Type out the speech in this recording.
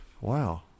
Wow